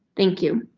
thank you.